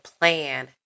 plan